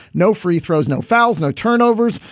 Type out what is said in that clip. no free throws, no fouls, no turnovers.